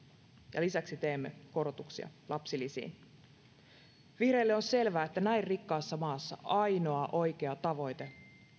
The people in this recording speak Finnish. ja lisäksi teemme korotuksia lapsilisiin vihreille on selvää että näin rikkaassa maassa ainoa oikea tavoite